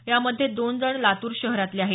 यामध्ये दोन जण लातूर शहरातले आहेत